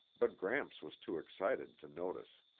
but gramps was too excited to notice.